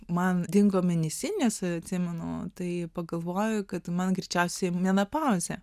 man dingo mėnesinės atsimenu tai pagalvoju kad man greičiausiai menopauzė